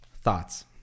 Thoughts